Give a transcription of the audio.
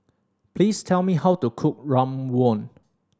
please tell me how to cook rawon